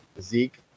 Zeke